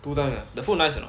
two time ah the food nice or not